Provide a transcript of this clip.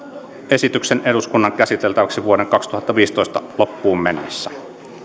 esityksen eduskunnan käsiteltäväksi vuoden kaksituhattaviisitoista loppuun mennessä